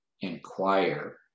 inquire